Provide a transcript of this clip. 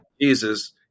Jesus